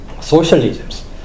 socialisms